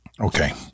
Okay